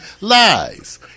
lies